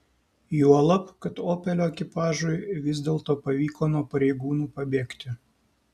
juolab kad opelio ekipažui vis dėlto pavyko nuo pareigūnų pabėgti